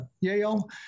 Yale